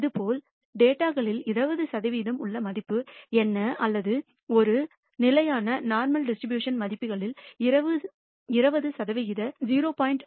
இதேபோல் டேட்டா களில் 20 சதவிகிதம் உள்ள மதிப்பு என்ன அல்லது ஒரு நிலையான நோர்மல் டிஸ்ட்ரிபியூஷன் மதிப்புகளில் 20 சதவிகிதம் 0